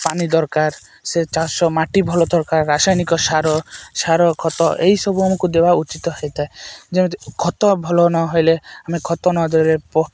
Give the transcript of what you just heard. ପାନି ଦରକାର ସେ ଚାଷ ମାଟି ଭଲ ଦରକାର ରାସାୟନିକ ସାର ସାର ଖତ ଏଇସବୁ ଆମକୁ ଦେବା ଉଚିତ ହେଇଥାଏ ଯେମିତି ଖତ ଭଲ ନହେଲେ ଆମେ ଖତ ନଦେଲେ